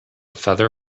feather